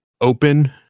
open